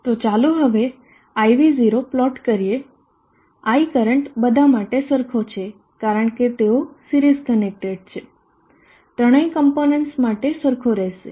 તો ચાલો હવે i v0 પ્લોટ કરીએ i કરંટ બધા માટે સરખો છે કારણ કે તેઓ સિરીઝ કનેક્ટેડ છે ત્રણેય કોમ્પોનન્ટસ માટે સરખો રહેશે